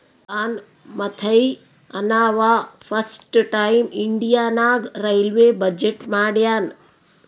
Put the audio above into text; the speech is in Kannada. ಜಾನ್ ಮಥೈ ಅಂನವಾ ಫಸ್ಟ್ ಟೈಮ್ ಇಂಡಿಯಾ ನಾಗ್ ರೈಲ್ವೇ ಬಜೆಟ್ ಮಾಡ್ಯಾನ್